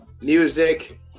music